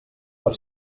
per